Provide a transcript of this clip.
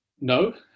no